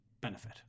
benefit